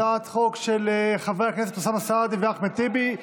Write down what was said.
הצעת חוק של חברי הכנסת אוסאמה סעדי ואחמד טיבי.